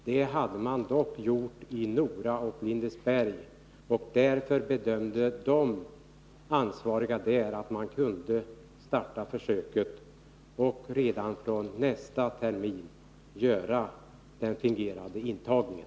Det hade man dock gjort i Nora och Lindesberg, och därför bedömde de ansvariga där att man kunde starta försöket och redan från nästa termin göra den fingerade intagningen.